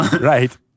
Right